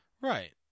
Right